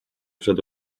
przed